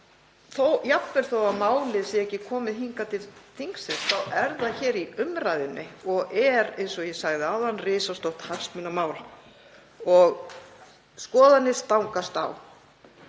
Jafnvel þó að málið sé ekki komið hingað til þingsins þá er það hér í umræðunni og er, eins og ég sagði áðan, risastórt hagsmunamál og skoðanir stangast á.